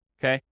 okay